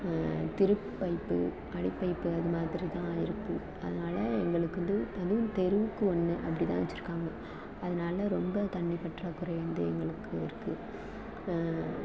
திருப்பைப்பு அடிப்பைப்பு அது மாதிரி தான் இருக்கும் அதனால எங்களுக்கு வந்து அதுவும் தெருவுக்கு ஒன்று அப்படி தான் வச்சுருக்காங்க அதனால ரொம்ப தண்ணி பற்றாக்குறை வந்து எங்களுக்கு இருக்குது